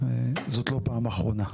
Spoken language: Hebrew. זאת לא פעם אחרונה.